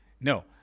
no